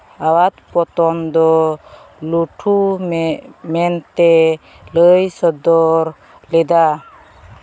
ᱟᱣᱟᱫᱽ ᱯᱚᱛᱚᱱ ᱫᱚ ᱞᱩᱴᱷᱩ ᱢᱮᱜ ᱢᱮᱱᱛᱮ ᱞᱟᱹᱭ ᱥᱚᱫᱚᱨ ᱞᱮᱫᱟ